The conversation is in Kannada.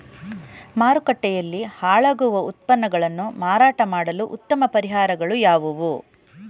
ಮಾರುಕಟ್ಟೆಯಲ್ಲಿ ಹಾಳಾಗುವ ಉತ್ಪನ್ನಗಳನ್ನು ಮಾರಾಟ ಮಾಡಲು ಉತ್ತಮ ಪರಿಹಾರಗಳು ಯಾವುವು?